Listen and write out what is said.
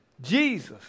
Jesus